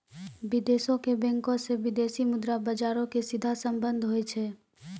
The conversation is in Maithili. विदेशो के बैंको से विदेशी मुद्रा बजारो के सीधा संबंध होय छै